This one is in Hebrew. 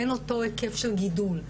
אין אותו היקף של גידול,